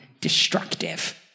destructive